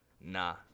nah